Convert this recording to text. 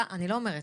אני לא אומרת.